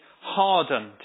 hardened